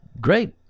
great